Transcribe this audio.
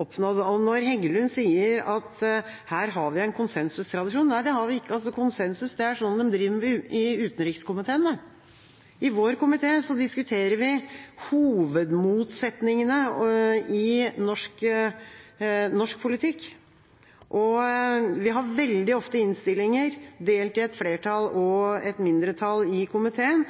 oppnådd. Heggelund sier at vi her har en konsensustradisjon. Nei, det har vi ikke. Konsensus er sånt de driver med i utenrikskomiteen. I vår komité diskuterer vi hovedmotsetningene i norsk politikk. Vi har veldig ofte innstillinger delt i et flertall og et mindretall i komiteen.